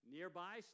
Nearby